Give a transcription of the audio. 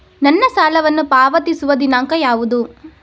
ನನ್ನ ಸಾಲವನ್ನು ಪಾವತಿಸುವ ದಿನಾಂಕ ಯಾವುದು?